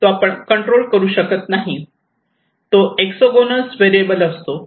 तो आपण कंट्रोल करू शकत नाही तो एक्सओगेनोस व्हेरिएबल असतो